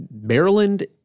Maryland